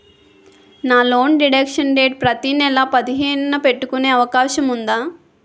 నా loan deduction date ప్రతి నెల పదిహేను న పెట్టుకునే అవకాశం ఉందా?